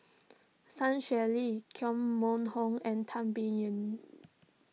Sun Xueling Koh Mun Hong and Tan Biyun